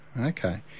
Okay